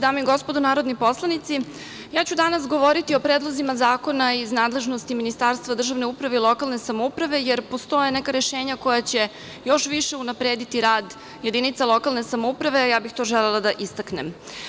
Dame i gospodo narodni poslanici, ja ću danas govoriti o predlozima zakona iz nadležnosti Ministarstva državne uprave i lokalne samouprave jer postoje neka rešenja koja će još više unaprediti rad jedinica lokalne samouprave, a ja bih to želela da istaknem.